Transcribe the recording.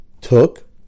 took